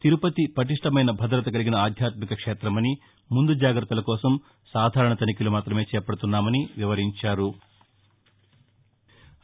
తిరుపతి పటిష్టమైన భద్రత కలిగిన ఆధ్యాత్మిక క్షేత్రమని ముందు జాగ్రత్తల కోసం సాధారణ తనిఖీలు మాత్రమే చేపడుతున్నామని వివరించారు